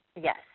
yes